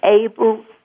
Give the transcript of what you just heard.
able